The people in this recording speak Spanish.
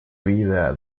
vida